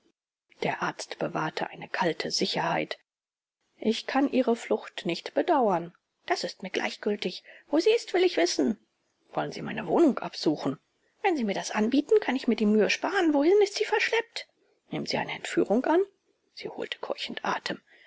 der arzt bewahrte eine kalte sicherheit ich kann ihre flucht nicht bedauern das ist mir gleichgültig wo sie ist will ich wissen wollen sie meine wohnung absuchen wenn sie mir das anbieten kann ich mir die mühe sparen wohin ist sie verschleppt nehmen sie eine entführung an sie holte keuchend atem